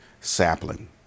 sapling